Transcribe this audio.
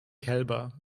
kälber